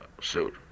suit